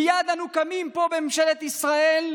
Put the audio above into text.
מייד אנו קמים פה בממשלה ישראל,